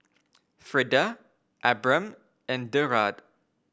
Freida Abram and Derald